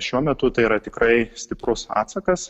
šiuo metu tai yra tikrai stiprus atsakas